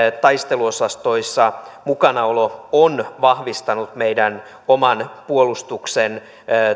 taisteluosastoissa mukanaolo on vahvistanut meidän oman puolustuksen